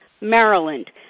Maryland